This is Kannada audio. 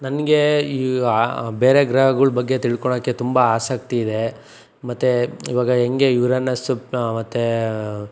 ನನಗೆ ಈ ಬೇರೆ ಗ್ರಹಗಳ ಬಗ್ಗೆ ತಿಳ್ಕೊಳ್ಳೋಕೆ ತುಂಬ ಆಸಕ್ತಿ ಇದೆ ಮತ್ತೆ ಇವಾಗ ಹೇಗೆ ಯುರೇನಸ್ಸು ಪ ಮತ್ತೆ